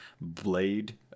Blade